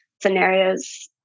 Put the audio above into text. scenarios